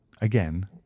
again